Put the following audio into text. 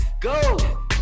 go